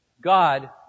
God